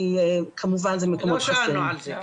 כי כמובן זה מקומות חסויים.